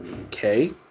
Okay